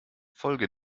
folge